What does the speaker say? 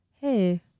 Hey